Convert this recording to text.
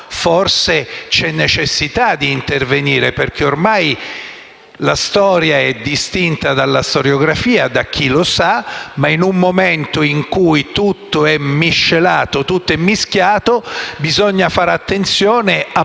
forse vi è necessità di intervenire perché ormai la storia è distinta dalla storiografia da chi lo sa; ma in un momento in cui tutto è miscelato, tutto è mischiato, bisogna fare attenzione, appunto,